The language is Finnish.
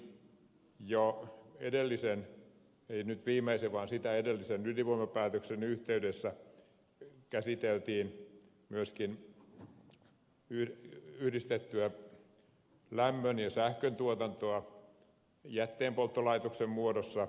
kuitenkin jo edellisen ei nyt viimeisen vaan sitä edellisen ydinvoimapäätöksen yhteydessä käsiteltiin myöskin yhdistettyä lämmön ja sähkön tuotantoa jätteenpolttolaitoksen muodossa